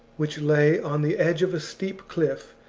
which lay on the edge of a steep cliff,